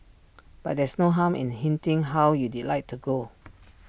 but there's no harm in hinting how you'd like to go